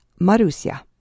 Marusia